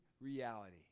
reality